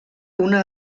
una